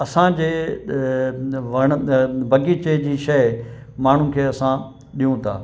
असांजे वण त बाग़ीचे जी शइ माण्हुनि खे असां ॾियूं था